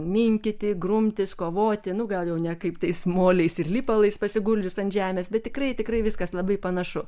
minkyti grumtis kovoti nu gal jau ne kaip tais moliais ir lipalais pasiguldžius ant žemės bet tikrai tikrai viskas labai panašu